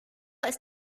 ist